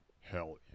Hell